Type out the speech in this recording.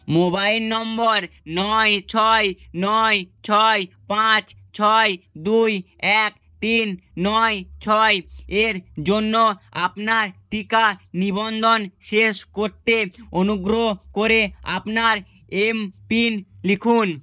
mobile নম্বর নয় ছয় নয় ছয় পাঁচ ছয় দুই এক তিন নয় ছয় এর জন্য আপনার টিকা নিবন্ধন শেষ করতে অনুগ্রহ করে আপনার এমপিন লিখুন